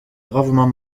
gravement